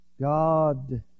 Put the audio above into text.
God